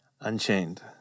Unchained